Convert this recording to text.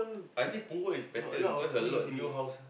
I think punggol is better because a lot new house